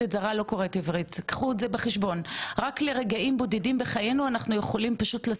רק לרגעים בודדים בחיינו אנחנו יכולים פשוט לשים משקפיים של בן אדם זר,